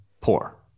poor